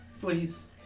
Please